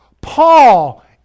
Paul